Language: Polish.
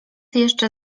jeszcze